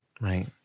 Right